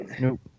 Nope